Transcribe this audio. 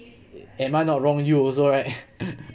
am I not wrong you also right